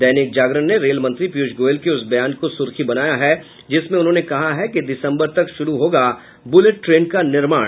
दैनिक जागरण ने रेल मंत्री पीयूष गोयल के उस बयान को सुर्खी बनाया है जिसमें उन्होंने कहा है कि दिसंबर तक शुरू होगा बुलेट ट्रेन का निर्माण